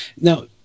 Now